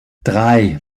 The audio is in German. drei